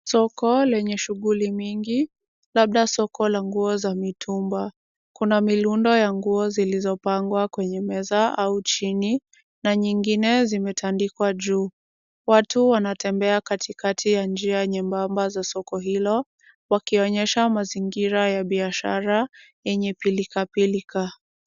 Soko lenye shughuli mingi, labda soko la nguo za mitumba. Kuna mirundo ya nguo zilizopangwa kwenye meza au chini na nyingine zimetandikwa juu. Watu wanatembea katikati ya njia nyembamba za soko hilo, wakionyesha mazingira ya biashara yenye pilka pilka.